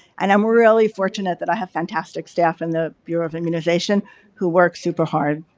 and i'm really fortunate that i have fantastic staff in the bureau of immunization who work super hard.